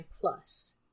Plus